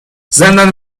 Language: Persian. زندان